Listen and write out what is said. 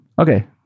Okay